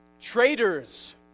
Traitors